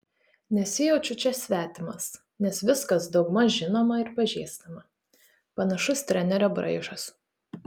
nesijaučiu čia svetimas nes viskas daugmaž žinoma ir pažįstama panašus trenerio braižas